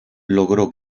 logró